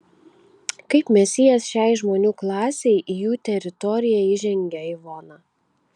kaip mesijas šiai žmonių klasei į jų teritoriją įžengia ivona